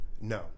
no